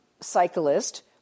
cyclist